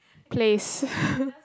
place